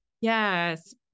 Yes